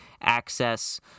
access